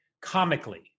comically